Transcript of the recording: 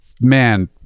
man